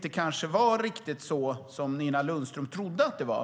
som kanske inte var riktigt så som hon trodde att det var.